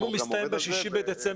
אם זה מסתיים ב-6 בדצמבר,